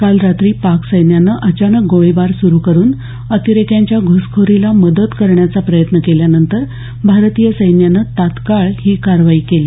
काल रात्री पाक सैन्यानं अचानक गोळीबार सुरू करून अतिरेक्यांच्या घुसखोरीला मदत करण्याचा प्रयत्न केल्यानंतर भारतीय सैन्यानं तात्काळ ही कारवाई केली